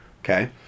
Okay